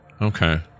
Okay